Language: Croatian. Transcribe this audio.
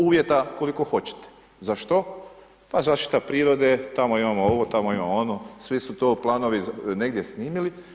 Uvjeta koliko hoćete, za što, pa zaštita prirode, tamo imamo ovo, tamo imamo ono, svi su to planovi negdje snimili.